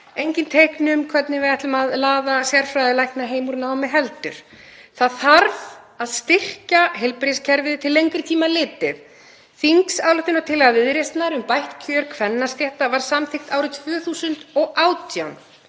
engin teikn um það hvernig við ætlum að laða sérfræðilækna heim úr námi heldur. Það þarf að styrkja heilbrigðiskerfið til lengri tíma litið. Þingsályktunartillaga Viðreisnar um bætt kjör kvennastétta var samþykkt árið 2018